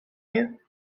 you